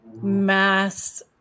mass